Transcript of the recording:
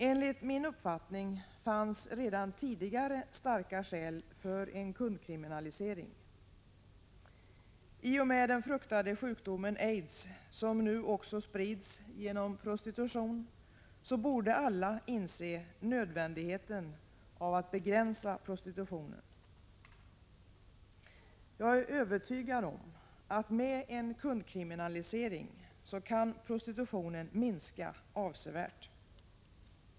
Enligt min uppfattning fanns redan tidigare starka skäl för en kundkriminalisering. I och med den fruktade sjukdomen aids, som nu också sprids genom prostitution, borde alla inse nödvändigheten av att begränsa prostitutionen. Jag är övertygad om att prostitutionen med en kundkriminalisering kan minska avsevärt.